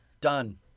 Done